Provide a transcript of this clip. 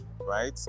right